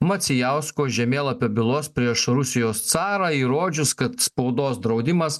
macijausko žemėlapio bylos prieš rusijos carą įrodžius kad spaudos draudimas